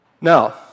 Now